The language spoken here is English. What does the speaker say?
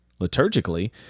Liturgically